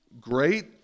great